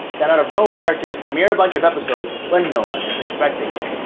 then out of nowhere just premiere a bunch of episodes when no one is expecting it.